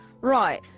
Right